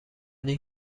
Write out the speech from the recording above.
این